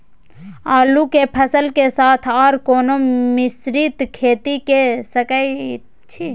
आलू के फसल के साथ आर कोनो मिश्रित खेती के सकैछि?